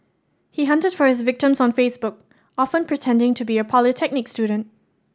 he hunted for his victims on Facebook often pretending to be a polytechnic student